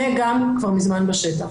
זה גם כבר מזמן בשטח.